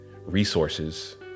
resources